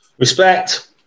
Respect